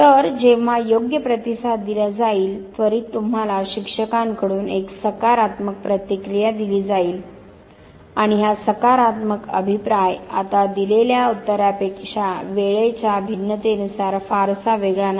तर जेव्हा योग्य प्रतिसाद दिला जाईल त्वरित तुम्हाला शिक्षकांकडून एक सकारात्मक प्रतिक्रिया दिली जाईल आणि हा सकारात्मक अभिप्राय आता दिलेल्या उत्तरा पेक्षा वेळेच्या भिन्नतेनुसार फारसा वेगळा नाही